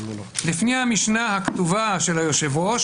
לפי המשנה הכתובה של היושב-ראש,